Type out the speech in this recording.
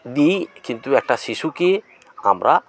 দিই কিন্তু একটা শিশুকে আমরা